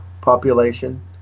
population